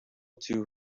too